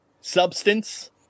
substance